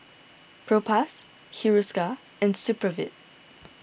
Propass Hiruscar and Supravit